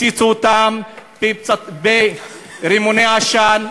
הפציצו אותם ברימוני עשן,